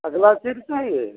अगला सीट चाहिए